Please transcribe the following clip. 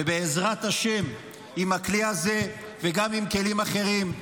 ובעזרת השם, עם הכלי הזה, וגם עם כלים אחרים,